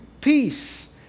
peace